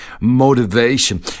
motivation